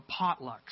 potlucks